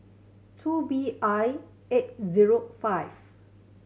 two B I eight zero five